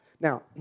Now